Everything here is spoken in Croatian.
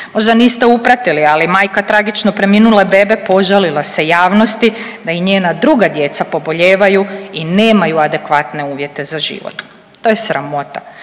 Možda niste upratili, ali majka tragično preminule bebe požalila se javnosti da i njena druga djeca pobolijevaju i nemaju adekvatne uvjete za život. To je sramota